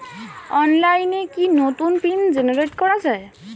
অনলাইনে কি নতুন পিন জেনারেট করা যায়?